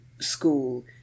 school